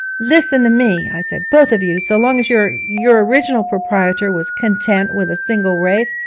listen to me i said, both of you so long as your your original proprietor was content with a single wraith,